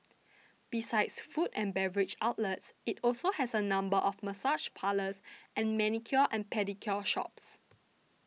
besides food and beverage outlets it also has a number of massage parlours and manicure and pedicure shops